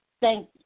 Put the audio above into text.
thank